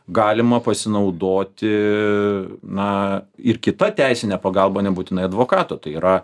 galima pasinaudoti na ir kita teisine pagalba nebūtinai advokato tai yra